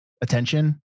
attention